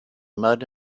mud